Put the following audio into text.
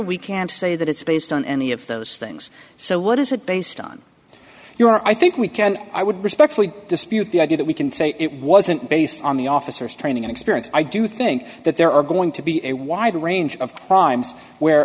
we can't say that it's based on any of those things so what is it based on your i think we can i would respectfully dispute the idea that we can say it wasn't based on the officers training and experience i do think that there are going to be a wide range of crimes where